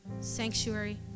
sanctuary